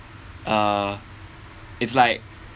uh it's like